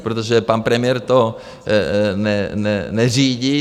Protože pan premiér to neřídí.